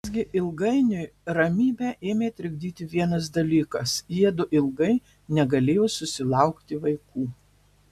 visgi ilgainiui ramybę ėmė trikdyti vienas dalykas jiedu ilgai negalėjo susilaukti vaikų